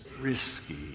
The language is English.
risky